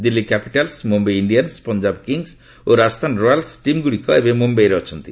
Delhi Capitals Mumbai Indians Punjab Kings ଓ Rajasthan Royals ଟିମ୍ଗୁଡିକ ଏବେ ମୁମ୍ବାଇରେ ଅଛନ୍ତି